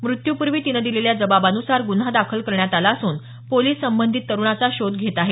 मृत्यूपूर्वी तिने दिलेल्या जबाबानुसार गुन्हा दाखल करण्यात आला असून पोलीस संबंधित तरुणाचा शोध घेत आहेत